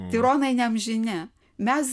tironai neamžini mes